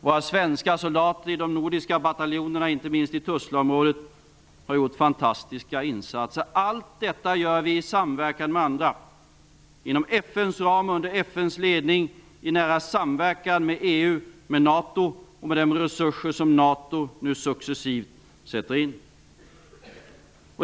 Våra svenska soldater i de nordiska bataljonerna, inte minst i Tuzlaområdet, hara gjort fantastiska insatser. Allt detta gör vi i samverkan med andra. Inom FN:s ram och under FN:s ledning i nära samverkan med EU, med NATO och med de resurser som NATO successivt sätter in.